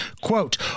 Quote